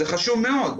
זה חשוב מאוד,